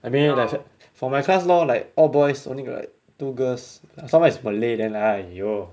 I mean les~ like for my class lor like all boys only like two girls some more is malay then !aiyo!